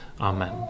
Amen